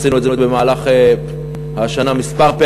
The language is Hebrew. עשינו את זה במהלך השנה כמה פעמים,